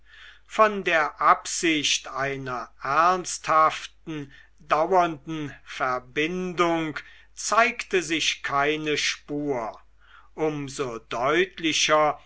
von der absicht einer ernsthaften dauernden verbindung zeigte sich keine spur um so deutlicher